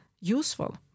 useful